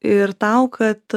ir tau kad